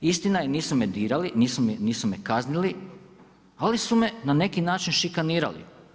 Istina je, nisu me dirali, nisu me kaznili ali su me na neki način šikanirali.